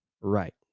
right